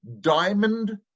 Diamond